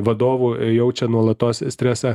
vadovų jaučia nuolatos stresą